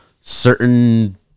certain